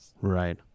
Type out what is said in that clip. Right